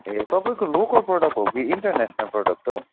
ए तपाईँको local product हो कि इन्टरनेसनल प्रडक्ट हौ